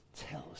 tells